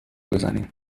بزنیم